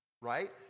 Right